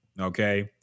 okay